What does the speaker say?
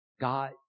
God